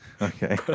Okay